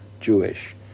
Jewish